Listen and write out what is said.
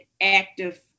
active